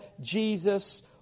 Jesus